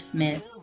Smith